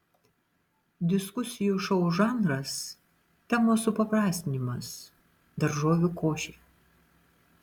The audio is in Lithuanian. diskusijų šou žanras temos supaprastinimas daržovių košė